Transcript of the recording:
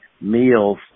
meals